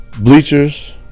Bleachers